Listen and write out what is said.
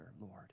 lord